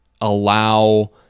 allow